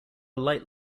light